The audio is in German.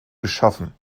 geschaffen